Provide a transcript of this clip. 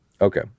Okay